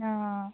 অঁ